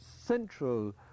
central